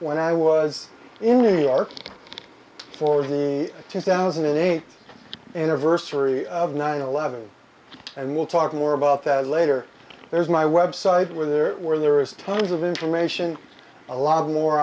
when i was in new york for the two thousand and eight anniversary of nine eleven and we'll talk more about that later there's my web site where there were there is tons of information a lot more